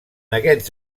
aquests